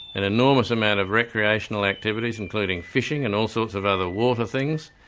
an enormous amount of recreational activities including fishing and all sorts of other water things,